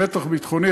מתח ביטחוני,